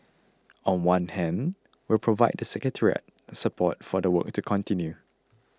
on one hand we'll provide the secretariat support for the work to continue